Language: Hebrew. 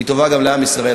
והיא טובה גם לעם ישראל.